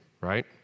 right